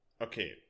Okay